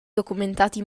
documentati